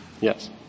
Yes